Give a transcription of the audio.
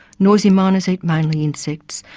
noisy miners eat mainly insects.